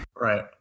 Right